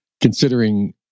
considering